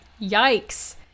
Yikes